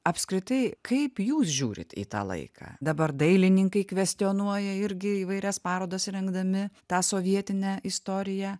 apskritai kaip jūs žiūrit į tą laiką dabar dailininkai kvestionuoja irgi įvairias parodas rengdami tą sovietinę istoriją